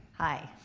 hi.